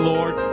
Lord